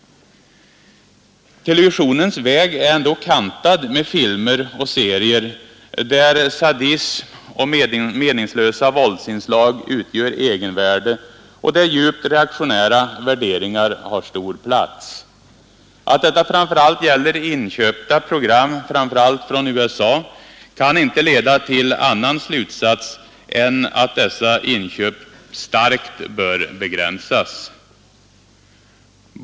Televisionens väg är kantad med filmer och serier, där sadism och meningslösa våldsinslag utgör egenvärde och där djupt reaktionära värderingar har stor plats. Att detta särskilt gäller inköpta program, framför allt från USA, kan inte leda till annan slutsats än att dessa inköp starkt bör begränsas.